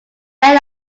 end